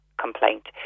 complaint